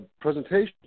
presentation